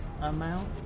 amount